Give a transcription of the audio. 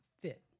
fit